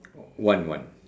one one